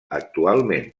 actualment